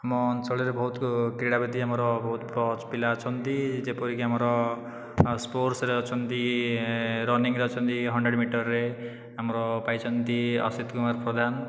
ଆମ ଅଞ୍ଚଳରେ ବହୁତ କ୍ରୀଡ଼ାବିତ ଆମର ବହୁତ ପିଲା ଅଛନ୍ତି ଯେପରିକି ଆମର ସ୍ପୋର୍ଟସରେ ଅଛନ୍ତିରନିଂରେ ଅଛନ୍ତି ହଣ୍ଡରେଡ଼ ମିଟରରେ ଆମର ପାଇଛନ୍ତି ଅସିତ୍ କୁମାର ପ୍ରଧାନ